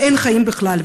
ואין חיים בכלל,